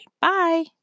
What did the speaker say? Bye